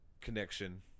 connection